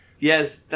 Yes